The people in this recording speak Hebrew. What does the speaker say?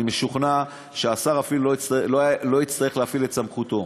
אני משוכנע שהשר אפילו לא יצטרך להפעיל את סמכותו.